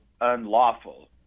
Unlawful